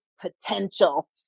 potential